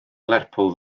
lerpwl